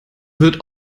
wird